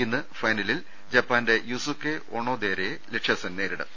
ഇന്ന് ഫൈന ലിൽ ജപ്പാന്റെ യുസുകെ ഓണോദേരയെ ലക്ഷ്യസെൻ നേരിടും